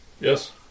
Yes